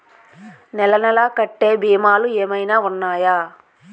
నెల నెల కట్టే భీమాలు ఏమైనా ఉన్నాయా?